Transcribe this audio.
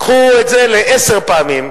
קחו את זה לְעשר פעמים.